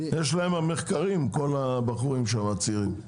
לכל הבחורים הצעירים יש מחקרים.